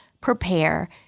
prepare